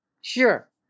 Sure